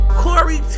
corey